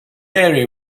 area